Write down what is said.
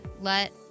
let